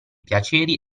piaceri